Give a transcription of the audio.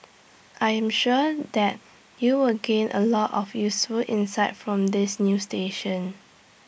I am sure that you will gain A lot of useful insights from this new station